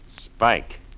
Spike